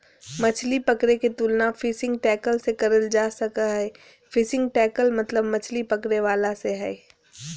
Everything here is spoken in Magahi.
मछली पकड़े के तुलना फिशिंग टैकल से करल जा सक हई, फिशिंग टैकल मतलब मछली पकड़े वाला से हई